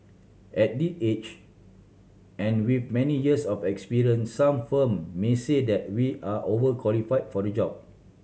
at this age and with many years of experience some firm may say that we are over qualify for the job